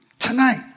Tonight